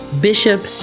Bishop